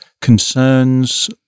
concerns